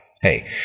Hey